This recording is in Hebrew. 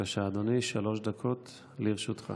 בבקשה, אדוני, שלוש דקות לרשותך